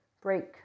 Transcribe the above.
break